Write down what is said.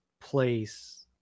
place